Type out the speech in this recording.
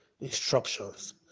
instructions